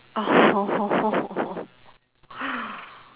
oh